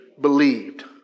Believed